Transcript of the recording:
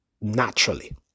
naturally